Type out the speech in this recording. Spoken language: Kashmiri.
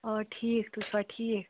آ ٹھیٖک تُہۍ چھُوا ٹھیٖک